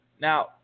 Now